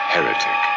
Heretic